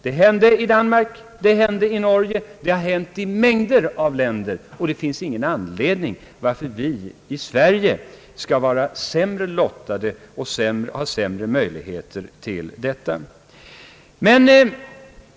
Det hände i Danmark. Det hände i Norge och har hänt i mängder av länder. Det finns ingen anledning varför vi skall vara sämre lottade i Sverige på den punkten.